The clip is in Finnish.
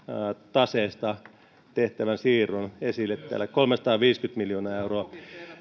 taseesta tehtävän siirron esille kolmesataaviisikymmentä miljoonaa euroa